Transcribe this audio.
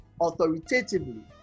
authoritatively